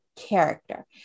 character